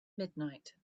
midnight